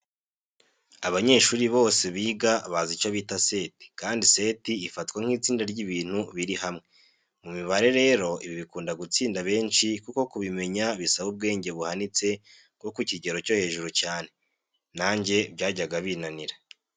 Abanyeshuri bose biga bazi icyo bita seti, kandi seti ifatwa nk'itsinda ry'ibintu biri hamwe, mu mibare rero ibi bikunda gutsinda benshi kuko kubimenya bisaba ubwenge buhanitse bwo ku kigero cyo hejuru cyane, nanjye byajyaga binanira.